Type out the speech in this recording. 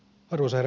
rose